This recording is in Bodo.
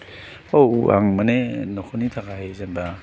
औ आं माने न'खरनि थाखाय जेनेबा